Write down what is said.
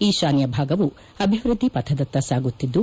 ಈಶಾನ್ಹ ಭಾಗವು ಅಭಿವೃದ್ದಿ ಪಥದತ್ತ ಸಾಗುತ್ತಿದ್ದು